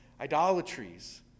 idolatries